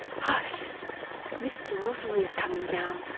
hush mr. rosmer is coming down.